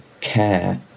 care